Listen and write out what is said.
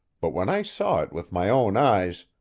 but when i saw it with my own eyes,